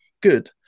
good